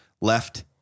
left